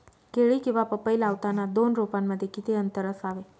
केळी किंवा पपई लावताना दोन रोपांमध्ये किती अंतर असावे?